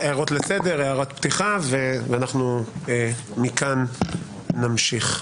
הערות לסדר, הערת פתיחה, ומכאן נמשיך.